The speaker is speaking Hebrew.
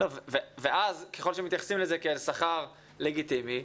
ככל שמתייחסים לזה כשכר לגיטימי,